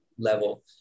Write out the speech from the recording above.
level